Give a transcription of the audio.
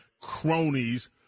cronies